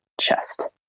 chest